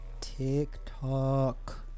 TikTok